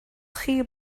chi